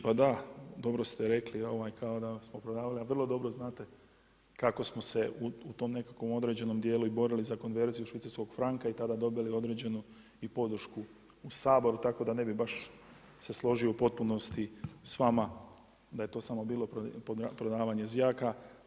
Pa da, dobro ste rekli kao da smo prodavali, a vrlo dobro znate kako smo se u tom nekakvom određenom dijelu i borili za konverziju švicarskog franka i tada dobili i određenu podršku u Saboru, tako da ne bih baš se složio u potpunosti sa vama da je to samo bilo prodavanje zjaka.